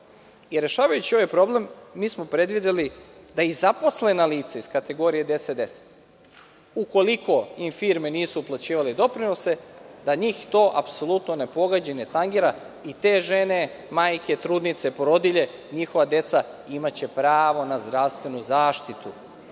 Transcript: Rešavajući ovaj problem, mi smo predvideli da i zaposlena lica iz kategorije 1010, ukoliko im firme nisu uplaćivale doprinose, da njih to apsolutno ne pogađa i ne tangira i te žene, majke, trudnice, porodilje, njihova deca, imaće pravo na zdravstvenu zaštitu,